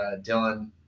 Dylan